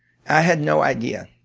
i had no idea.